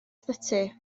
ysbyty